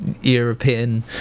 European